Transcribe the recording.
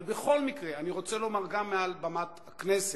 אבל בכל מקרה, אני רוצה לומר גם מעל במת הכנסת: